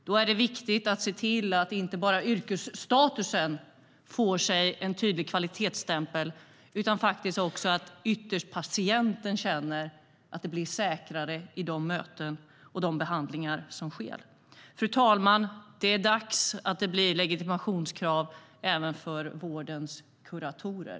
Det är viktigt att se till att inte bara yrkesstatusen får en tydlig kvalitetsstämpel utan att också patienten ytterst känner att det blir säkrare i de möten och de behandlingar som sker. Fru talman! Det är dags att det blir legitimationskrav även för vårdens kuratorer.